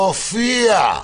מופיע.